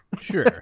sure